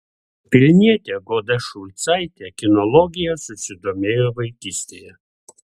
vilnietė goda šulcaitė kinologija susidomėjo vaikystėje